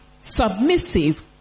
submissive